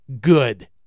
good